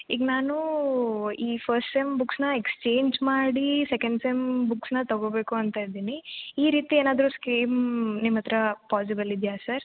ಈಗ ನಾನು ಈ ಫಸ್ಟ್ ಸೆಮ್ ಬುಕ್ಸ್ನ ಎಕ್ಸ್ಚೇಂಜ್ ಮಾಡಿ ಸೆಕೆಂಡ್ ಸೆಮ್ ಬುಕ್ಸ್ನ ತೊಗೊಬೇಕು ಅಂತ ಇದ್ದೀನಿ ಈ ರೀತಿ ಏನಾದರು ಸ್ಕೀಮ್ ನಿಮ್ಮ ಹತ್ತಿರ ಪಾಸಿಬಲ್ ಇದೆಯಾ ಸರ್